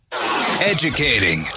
Educating